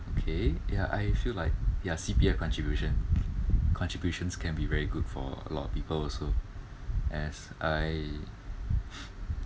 okay ya I feel like ya C_P_F contribution contributions can be very good for a lot of people also as I